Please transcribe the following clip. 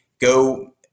go